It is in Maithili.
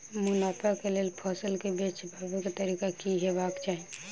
मुनाफा केँ लेल फसल केँ बेचबाक तरीका की हेबाक चाहि?